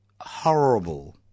horrible